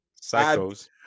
Psychos